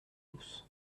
tous